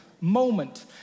moment